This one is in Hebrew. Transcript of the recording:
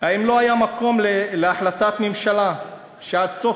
האם לא היה מקום להחלטת ממשלה שעד סוף